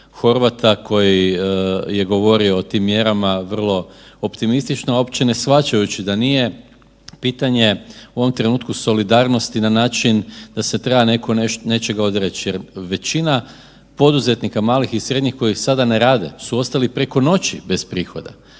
Horvata koji je govorio o tim mjerama vrlo optimistično uopće ne shvaćajući da nije pitanje u ovom trenutku solidarnosti na način da se treba netko nečega odreći. Jer većina poduzetnika malih i srednjih koji sada ne rade, su ostali preko noći bez prihoda.